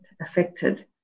affected